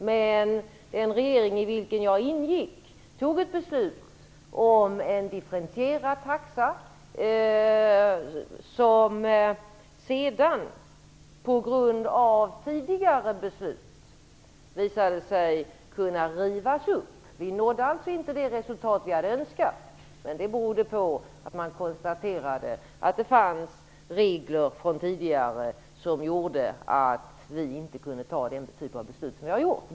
Men den regering i vilken jag ingick fattade beslut om en differentierad taxa som sedan, på grund av tidigare beslut, visade sig kunna rivas upp. Vi nådde alltså inte det resultat som vi hade önskat, men det berodde på att man konstaterade att det sedan tidigare fanns regler som gjorde att vi inte kunde fatta den typ av beslut som vi har gjort.